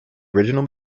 original